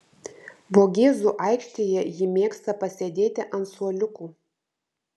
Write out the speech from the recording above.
vogėzų aikštėje ji mėgsta pasėdėti ant suoliukų